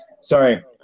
Sorry